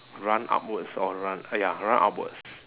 run upwards or run ah ya run upwards